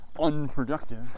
unproductive